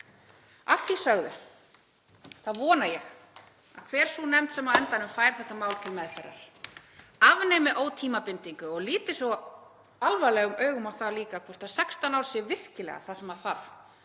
Að því sögðu vona ég að hver sú nefnd sem á endanum fær þetta mál til meðferðar afnemi ótímabindingu og líti síðan alvarlegum augum á það líka hvort 16 ár séu virkilega það sem þarf